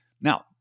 Now